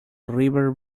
river